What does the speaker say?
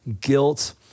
guilt